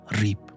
reap